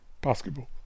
basketball